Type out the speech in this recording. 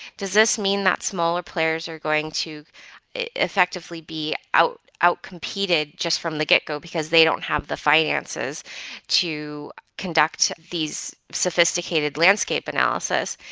does this mean that smaller players are going to effectively be outcompeted just from the get-go because they don't have the finances to conduct these sophisticated landscape analyses?